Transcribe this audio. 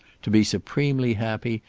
to be supremely happy,